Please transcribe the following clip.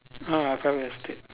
ah private estate